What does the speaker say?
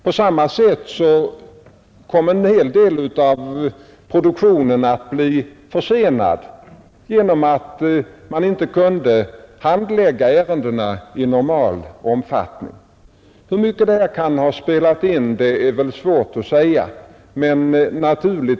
På samma sätt kom en hel del av produktionen att bli försenad genom att ärendena inte kunde handläggas i normal omfattning. Hur mycket detta kan ha spelat in är svårt att säga.